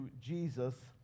Jesus